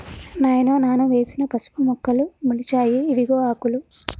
నాయనో నాను వేసిన పసుపు మొక్కలు మొలిచాయి ఇవిగో ఆకులు